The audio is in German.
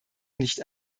nicht